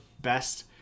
best